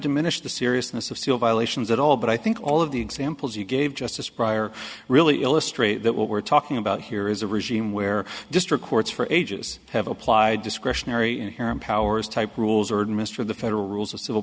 diminish the seriousness of seal violations at all but i think all of the examples you gave justice prior really illustrate that what we're talking about here is a regime where district courts for ages have applied discretionary inherent powers type rules or in mr the federal rules of civil